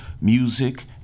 music